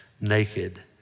naked